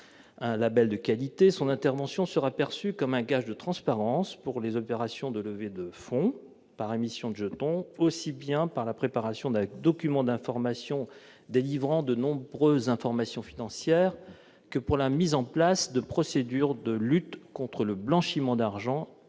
un label de qualité. Son intervention sera perçue comme un gage de transparence pour les opérations de levée de fonds par émission de jetons, aussi bien par la préparation d'un document d'information fournissant de nombreuses informations financières que par la mise en place de procédures de lutte contre le blanchiment d'argent et